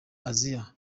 asia